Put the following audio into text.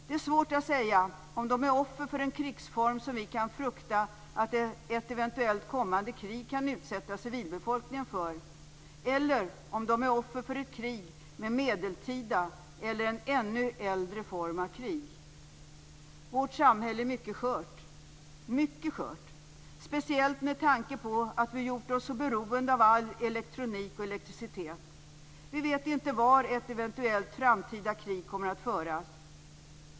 Det är svårt att säga om de är offer för en krigsform som vi kan frukta att ett eventuellt kommande krig kan utsätta civilbefolkningen för, eller om de är offer för en form av krig som är medeltida eller ännu äldre. Vårt samhälle är skört, mycket skört, speciellt med tanke på att vi gjort oss så beroende av all elektronik och elektricitet. Vi vet inte var ett eventuellt framtida krig kommer att föras.